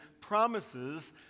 promises